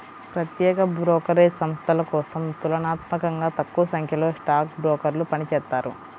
ప్రత్యేక బ్రోకరేజ్ సంస్థల కోసం తులనాత్మకంగా తక్కువసంఖ్యలో స్టాక్ బ్రోకర్లు పనిచేత్తారు